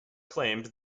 claimed